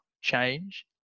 change